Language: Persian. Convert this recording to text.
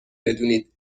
بدونید